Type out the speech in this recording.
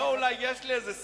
אולי יש לי איזה סימן.